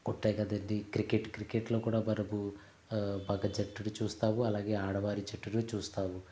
ఉంటాయి కదండీ క్రికెట్ క్రికెట్లో కూడా మనము మగ జట్టును చూస్తాము అలాగే ఆడవారి జట్టును చూస్తాము